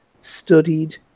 studied